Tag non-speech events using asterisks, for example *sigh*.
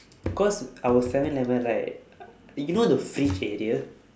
cause our seven eleven right *noise* you know the fridge area